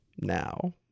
now